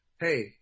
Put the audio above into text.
Hey